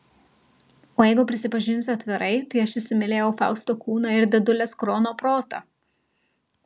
o jeigu prisipažinsiu atvirai tai aš įsimylėjau fausto kūną ir dėdulės krono protą